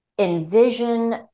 Envision